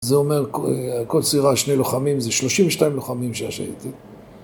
זה אומר, כל צעירה, שני לוחמים, זה 32 לוחמים שהייתי.